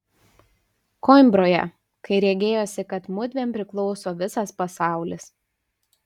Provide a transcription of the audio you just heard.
koimbroje kai regėjosi kad mudviem priklauso visas pasaulis